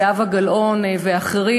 זהבה גלאון ואחרים,